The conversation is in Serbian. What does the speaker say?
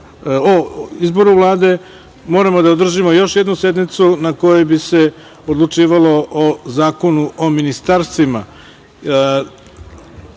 o izboru Vlade, moramo da održimo još jednu sednicu na kojoj bi se odlučivalo o Zakonu o ministarstvima.